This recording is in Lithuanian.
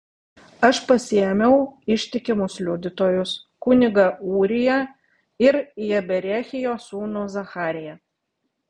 aš pasiėmiau ištikimus liudytojus kunigą ūriją ir jeberechijo sūnų zachariją